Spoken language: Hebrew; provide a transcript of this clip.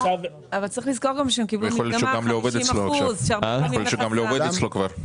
אבל צריך לזכור גם שהם קיבלו מקדמה 50%. יכול להיות שהוא גם לא עובד אצלו עכשיו.